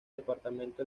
departamento